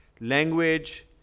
Language